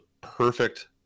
perfect